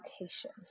location